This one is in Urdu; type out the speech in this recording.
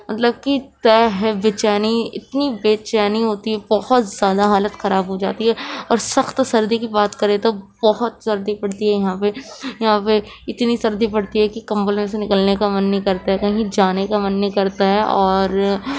مطلب کہ طے ہے بےچینی اتنی بےچینی ہوتی ہے بہت زیادہ حالت خراب ہو جاتی ہے اور سخت سردی کی بات کریں تو بہت سردی پڑتی ہے یہاں پہ یہاں پہ اتنی سردی پڑتی ہے کہ کمبل میں سے نکلنے کا من نہیں کرتا کہیں جانے کا من نہیں کرتا ہے اور